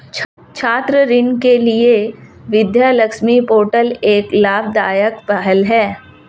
छात्र ऋण के लिए विद्या लक्ष्मी पोर्टल एक लाभदायक पहल है